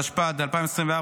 התשפ"ד 2024,